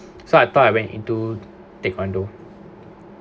so I thought I went into taekwondo